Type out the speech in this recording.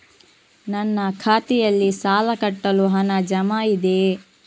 ನನ್ನ ಖಾತೆಯಲ್ಲಿ ಸಾಲ ಕಟ್ಟಲು ಹಣ ಜಮಾ ಇದೆಯೇ?